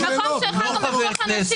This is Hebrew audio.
אלכס, המקום שלך הוא לחתוך אנשים אחרי עשר דקות.